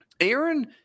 Aaron